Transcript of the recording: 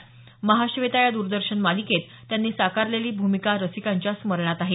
महाश्वेता या द्रदर्शन मालिकेत त्यांनी साकारलेली भूमिका रसिकांच्या स्मरणात आहे